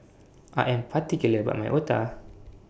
I Am particular about My Otah